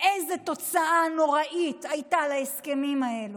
איזו תוצאה נוראית הייתה להסכמים האלה.